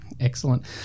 Excellent